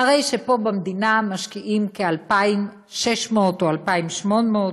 הרי פה במדינה משקיעים כ-2,600 או 2,800,